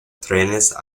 trenes